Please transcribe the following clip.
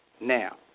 now